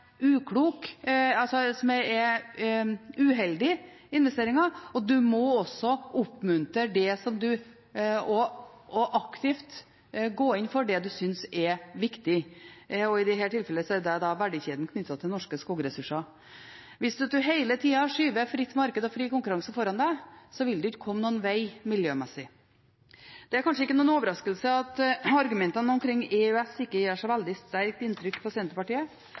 investeringer, og man må også oppmuntre og aktivt gå inn for det man syns er viktig. I dette tilfellet er det verdikjeden knyttet til norske skogressurser. Hvis man hele tida skyver fritt marked og fri konkurranse foran seg, vil man ikke komme noen veg miljømessig. Det er kanskje ikke noen overraskelse at argumentene omkring EØS ikke gjør så veldig sterkt inntrykk på Senterpartiet.